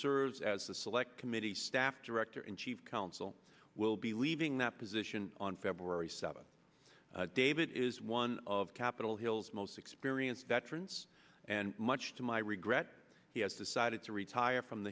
serves as the select committee staff director and chief counsel will be leaving that position on february seventh david is one of capitol hill's most experienced veterans and much to my regret he has decided to retire from